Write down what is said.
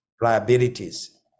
liabilities